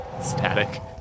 static